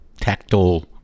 tactile